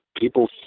people